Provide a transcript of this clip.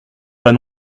pas